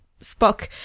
Spock